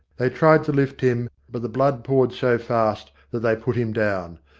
they tried to lift him, but the blood poured so fast that they put him down.